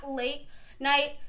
late-night